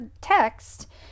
text